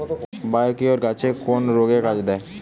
Biocure গাছের কোন রোগে কাজেদেয়?